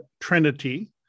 trinity